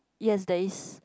yes there is